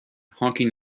honking